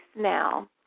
now